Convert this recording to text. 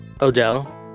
Odell